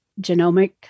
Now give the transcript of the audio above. genomic